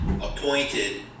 appointed